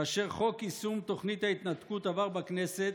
כאשר חוק יישום תוכנית ההתנתקות עבר בכנסת,